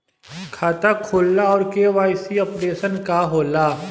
खाता खोलना और के.वाइ.सी अपडेशन का होला?